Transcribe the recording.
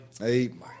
Amen